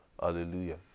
Hallelujah